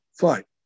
fine